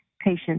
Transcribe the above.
patient